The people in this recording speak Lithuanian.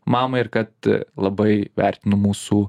mamą ir kad labai vertinu mūsų